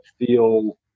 feel